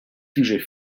sujets